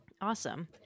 Awesome